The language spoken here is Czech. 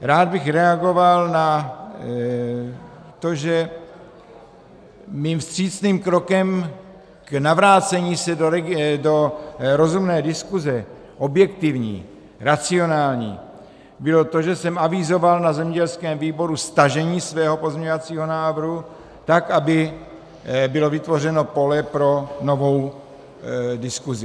Rád bych reagoval na to, že mým vstřícným krokem k navrácení se do rozumné diskuse, objektivní, racionální, bylo to, že jsem avizoval na zemědělském výboru stažení svého pozměňovacího návrhu, tak aby bylo vytvořeno pole pro novou diskusi.